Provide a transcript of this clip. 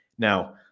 Now